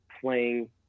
playing